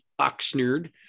Oxnard